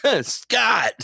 scott